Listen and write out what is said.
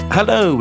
Hello